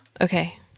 Okay